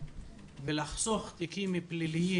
נכון.